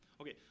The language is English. Okay